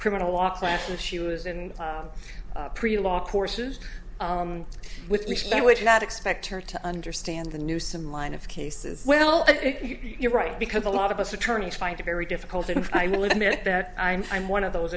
criminal law classes she was in pretty law courses with which they would not expect her to understand the new some line of cases well you're right because a lot of us attorneys find it very difficult and i will admit that i'm i'm one of those